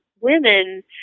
women